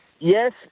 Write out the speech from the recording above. Yes